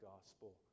Gospel